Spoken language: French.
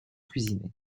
cuisiner